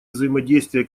взаимодействия